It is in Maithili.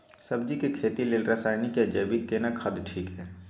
सब्जी के खेती लेल रसायनिक या जैविक केना खाद ठीक ये?